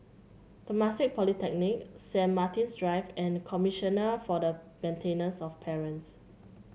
Temasek Polytechnic Saint Martin's Drive and Commissioner for the Maintenance of Parents